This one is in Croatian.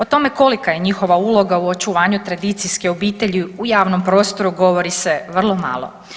O tome kolika je njihova uloga u očuvanju tradicijske obitelji u javnom prostoru govori se vrlo malo.